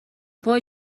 وای